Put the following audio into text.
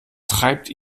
treibt